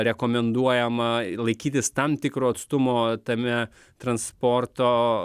rekomenduojama laikytis tam tikro atstumo tame transporto